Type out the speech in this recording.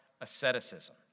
asceticism